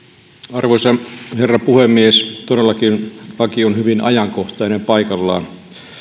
arvoisa herra puhemies todellakin laki on hyvin ajankohtainen ja paikallaan